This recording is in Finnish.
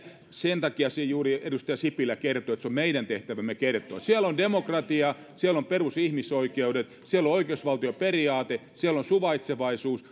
sen takia edustaja sipilä kertoi että se on meidän tehtävämme kertoa siellä on demokratia siellä on perusihmisoikeudet siellä on oikeusvaltioperiaate siellä on suvaitsevaisuus